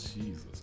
Jesus